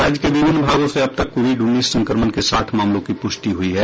राज्य के विभिन्न भागों से अब तक कोविड उन्नीस संक्रमण के साठ मामलों की पुष्टि हुई है